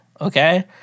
okay